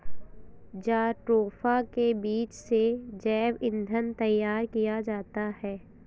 jatropha के बीज से जैव ईंधन तैयार किया जाता है